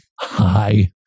hi